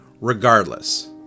Regardless